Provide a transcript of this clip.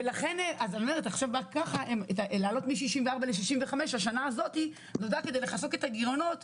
ההחלטה להעלות עכשיו מגיל 64 ל-65 נולדה כדי לכסות את הגירעונות.